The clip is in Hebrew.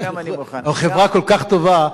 גם אני מוכן, אנחנו חברה כל כך טובה,